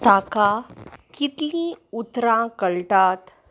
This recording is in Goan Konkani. ताका कितलीं उतरां कळटात